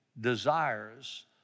desires